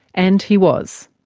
and he was.